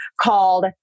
called